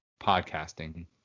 podcasting